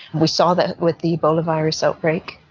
we saw that with the ebola virus outbreak.